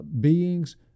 beings